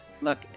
Look